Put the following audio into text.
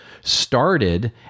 started